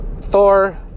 Thor